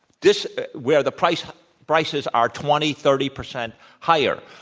this where the price prices are twenty, thirty percent higher.